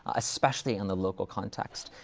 especially in the local context.